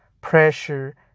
pressure